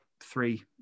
three